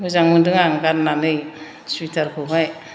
मोजां मोनदों आं गाननानै सुवेटारखौहाय